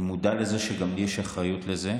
אני מודע לזה שגם לי יש אחריות לזה,